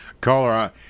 Caller